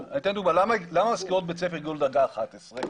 למה מזכירות בית ספר הגיעו לדרגה 11?